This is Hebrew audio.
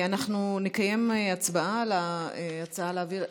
נקיים הצבעה על ההצעה להעביר.